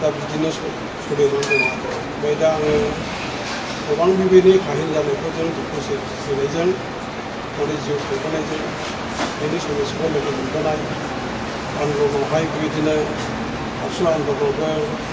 दा बिदिनो स' सलिनानै दङ आरो ओमफ्राय दा आङो गोबां बिबायदि खाहानि जानायखौ जों दुखु सै सैनायजों मानि जिउ खांबोनायजों बेनि समाइसाखौ लोगो मोनबोनाय आनदलनआवहाय बिबायदिनो आबसु आनदलनआवबो